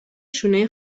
شانه